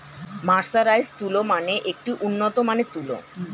mercerised তুলো মানে একটি উন্নত মানের তুলো